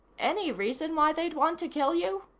any reason why they'd want to kill you?